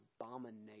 abomination